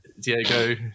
Diego